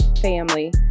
family